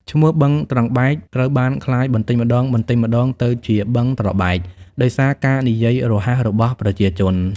ឈ្មោះ "បឹងត្រង់បែក" ត្រូវបានក្លាយបន្ដិចម្ដងៗទៅជា "បឹងត្របែក" ដោយសារការនិយាយរហ័សរបស់ប្រជាជន។